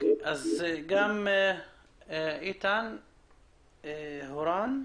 איתן הורן,